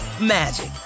magic